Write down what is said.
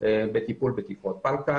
בטיפול בתקרות פלקל.